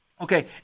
Okay